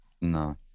No